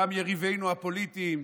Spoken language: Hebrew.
גם יריבינו הפוליטיים,